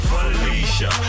Felicia